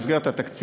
מסגרת התקציב.